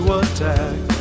attack